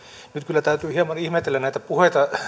nyt kyllä täytyy hieman ihmetellä näitä puheita